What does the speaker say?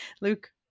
Luke